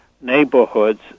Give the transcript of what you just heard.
neighborhoods